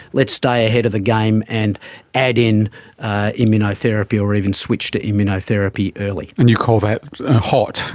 let's stay ahead of the game and add in immunotherapy or even switch to immunotherapy early. and you call that hot,